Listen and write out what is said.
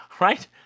right